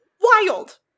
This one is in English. Wild